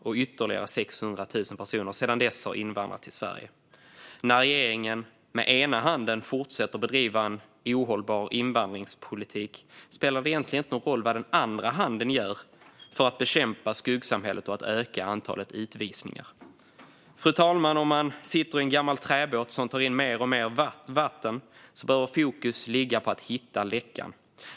Och ytterligare 600 000 personer har sedan dess invandrat till Sverige. När regeringen med ena handen fortsätter att bedriva en ohållbar invandringspolitik spelar det egentligen inte någon roll vad den andra handen gör för att bekämpa skuggsamhället och för att öka antalet utvisningar. Fru talman! Om man sitter i en gammal träbåt som tar in mer och mer vatten bör fokus ligga på att hitta läckan.